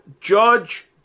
judge